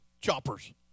choppers